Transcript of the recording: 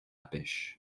pêche